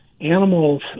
animals